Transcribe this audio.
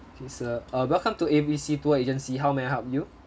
okay sir uh welcome to A B C tour agency how may I help you